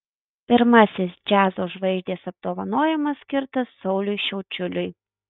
pirmasis džiazo žvaigždės apdovanojimas skirtas sauliui šiaučiuliui